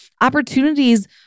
Opportunities